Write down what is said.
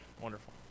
wonderful